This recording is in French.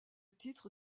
titre